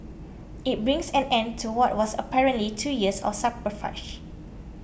it brings an end to what was apparently two years of subterfuge